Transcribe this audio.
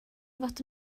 fod